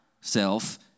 self